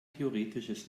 theoretisches